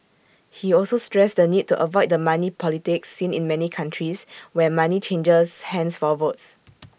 he also stressed the need to avoid the money politics seen in many countries where money changes hands for votes